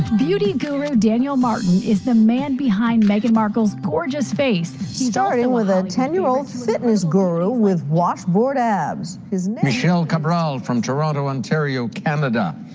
beauty guru daniel martin is the man behind meghan markle's gorgeous face starting with a ten year old fitness guru with washboard abs. his name. michelle cabral from toronto, ontario, canada,